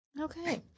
Okay